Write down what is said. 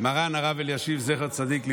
מרן הרב אלישיב, זכר צדיק לברכה.